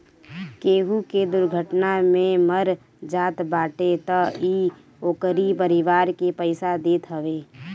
केहू के दुर्घटना में मर जात बाटे तअ इ ओकरी परिवार के पईसा देत हवे